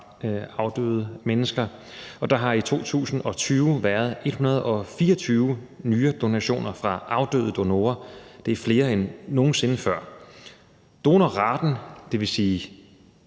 afdøde mennesker. Der har i 2020 været 124 nyredonationer fra afdøde donorer, og det er flere end nogen sinde før. Donorraten, det vil sige